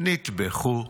נטבחו,